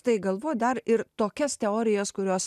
tai galvoj dar ir tokias teorijas kurios